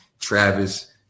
Travis